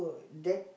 that